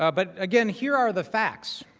ah but again here are the facts